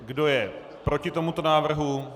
Kdo je proti tomuto návrhu?